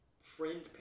friend